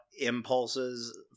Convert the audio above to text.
impulses